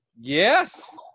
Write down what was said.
Yes